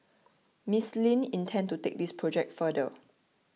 Miss Lin intends to take this project further